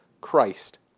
Christ